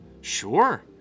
Sure